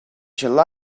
july